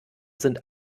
sind